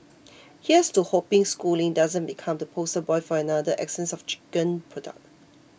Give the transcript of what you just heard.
here's to hoping Schooling doesn't become the poster boy for another essence of chicken product